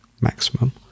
maximum